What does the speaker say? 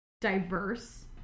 diverse